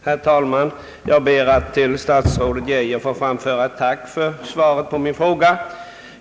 Herr talman! Jag ber att till statsrådet Geijer få framföra ett tack för svaret på min fråga.